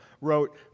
wrote